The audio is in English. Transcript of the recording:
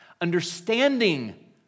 Understanding